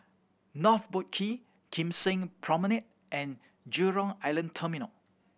North Boat Quay Kim Seng Promenade and Jurong Island Terminal